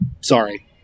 Sorry